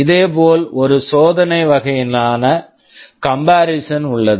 இதேபோல் ஒரு சோதனை வகையிலான கம்பேரிசன் comparison உள்ளது